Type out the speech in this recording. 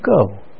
go